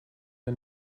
der